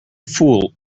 fool